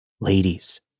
Ladies